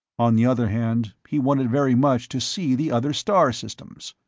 on the other hand, he wanted very much to see the other star-systems.